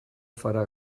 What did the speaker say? farà